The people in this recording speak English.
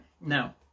now